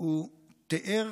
הוא תיאר